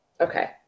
Okay